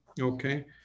okay